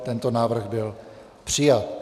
Tento návrh byl přijat.